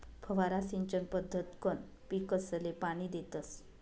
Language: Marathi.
फवारा सिंचन पद्धतकंन पीकसले पाणी देतस